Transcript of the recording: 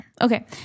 Okay